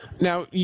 Now